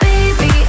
Baby